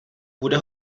bude